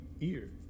ear